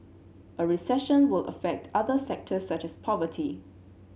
a recession will affect other sectors such as property